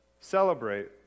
celebrate